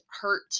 hurt